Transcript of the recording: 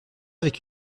avec